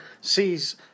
sees